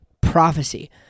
prophecy